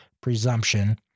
presumption